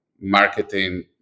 marketing